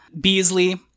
Beasley